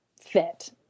fit